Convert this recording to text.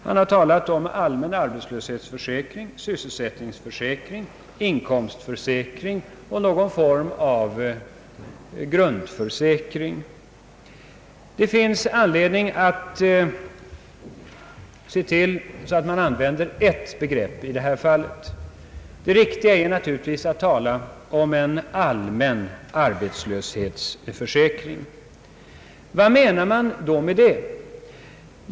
Han har talat om allmän arbetslöshetsförsäkring, sysselsättningsförsäkring, inkomstförsäkring och någon form av grundförsäkring. Det finns anledning att se till så att man använder ett begrepp i det här fallet. Det riktiga är naturligtvis att tala om en allmän arbetslöshetsförsäkring. Vad menar man då med det?